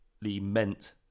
meant